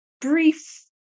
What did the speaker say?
brief